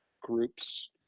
groups